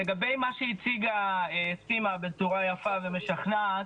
לגבי מה שהציגה סימה בצורה יפה ומשכנעת,